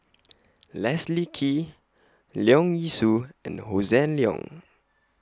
Leslie Kee Leong Yee Soo and Hossan Leong